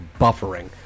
buffering